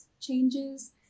changes